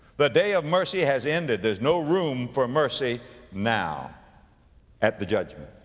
the day of mercy has ended. there's no room for mercy now at the judgment.